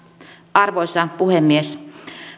arvoisa puhemies